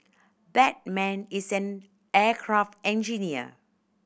that man is an aircraft engineer